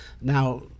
Now